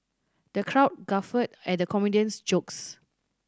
the crowd guffawed at the comedian's jokes